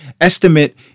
estimate